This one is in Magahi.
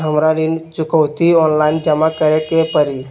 हमरा ऋण चुकौती ऑनलाइन जमा करे के परी?